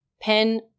Pen